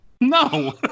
No